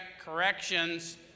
Corrections